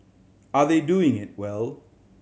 are they doing it well